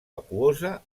aquosa